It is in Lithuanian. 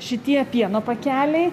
šitie pieno pakeliai